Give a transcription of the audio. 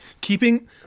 keeping